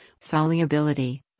solubility